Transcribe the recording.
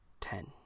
Ten